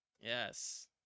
Yes